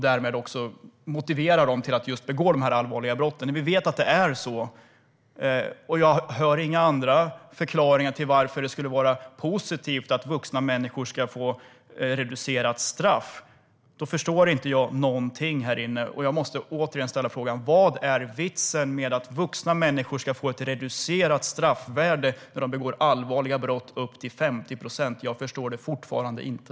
Därmed blir de motiverade till att begå dessa allvarliga brott. Vi vet att det är så, och jag har inte hört några andra förklaringar till att det skulle vara positivt att vuxna människor ska få reducerat straff. Då förstår jag ingenting, så jag måste återigen ställa frågan: Vad är vitsen med att vuxna människor ska få ett reducerat straff på upp till 50 procent när de begår allvarliga brott? Jag förstår det fortfarande inte.